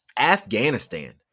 Afghanistan